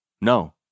No